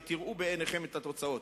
ותראו בעיניכם את התוצאות.